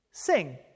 sing